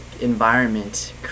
environment